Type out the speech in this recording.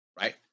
right